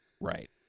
Right